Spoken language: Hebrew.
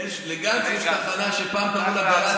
לגנץ יש תחנה שפעם קראו לה גל"צ,